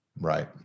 Right